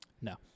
No